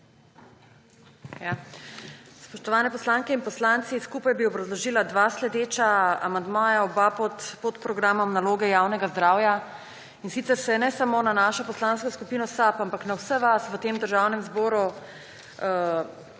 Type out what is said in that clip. Spoštovane poslanke in poslanci! Skupaj bi obrazložila dva sledeča amandmaja, oba pod podprogramom Naloge javnega zdravja, in sicer se ne samo na našo Poslansko skupino SAB, ampak na vse vas v Državnem zboru